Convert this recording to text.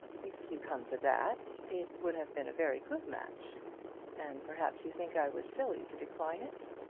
if you come to that, it would have been a very good match and perhaps you think i was silly to decline it?